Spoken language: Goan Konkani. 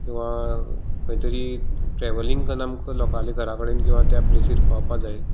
किंवा खंयतरी ट्रेवलींग करून आमकां लोकाल्या घरा कडेन किंवा त्या प्लेसीर पावपा जाय